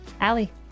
Allie